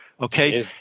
Okay